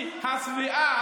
היא השבעה,